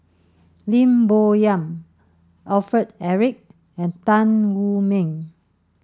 Lim Bo Yam Alfred Eric and Tan Wu Meng